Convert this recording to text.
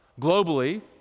Globally